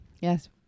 Yes